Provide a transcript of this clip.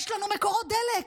יש לנו מקורות דלק,